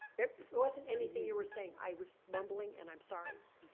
it wasn't anything you were saying. i was mumbling and i'm sorry.